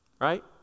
right